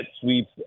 sweeps